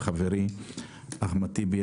עם חברי אחמד טיבי,